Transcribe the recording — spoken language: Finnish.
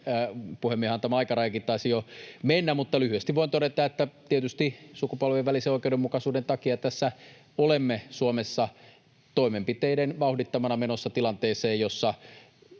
puhemiehen antama aikarajakin taisi jo mennä — mutta lyhyesti voin todeta, että tietysti sukupolvien välisen oikeudenmukaisuuden takia tässä olemme Suomessa toimenpiteiden vauhdittamina menossa tilanteeseen, jossa